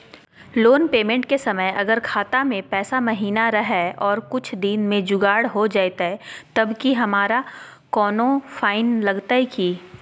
Loan payment के समय अगर खाता में पैसा महिना रहै और कुछ दिन में जुगाड़ हो जयतय तब की हमारा कोनो फाइन लगतय की?